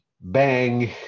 bang